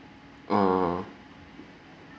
err